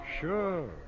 sure